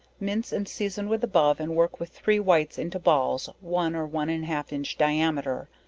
mince and season with above and work with three whites into balls, one or one an half inch diameter,